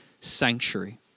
sanctuary